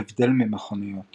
הבדל ממכוניות